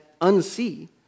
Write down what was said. unsee